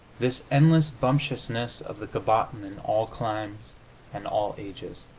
this endless bumptiousness of the cabotin in all climes and all ages.